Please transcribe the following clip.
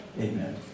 Amen